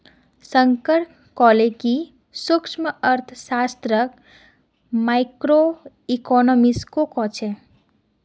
शंकर कहले कि सूक्ष्मअर्थशास्त्रक माइक्रोइकॉनॉमिक्सो कह छेक